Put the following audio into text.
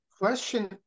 question